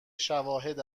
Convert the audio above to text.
شواهد